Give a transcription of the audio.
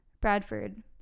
Bradford